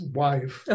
wife